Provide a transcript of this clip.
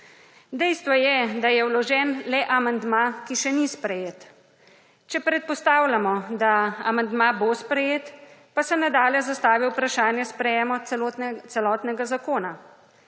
Dejstvo je, da je vložen le amandma, ki še ni sprejet. Če predpostavljamo, da amandma bo sprejet, pa se nadalje zastavi vprašanje sprejema celotnega zakona.